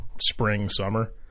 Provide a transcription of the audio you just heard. spring-summer